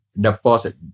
Deposit